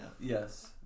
Yes